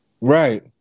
Right